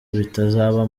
bitazaba